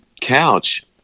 couch